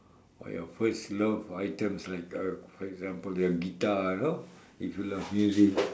or your first love items like uh for example your guitar you know if you love music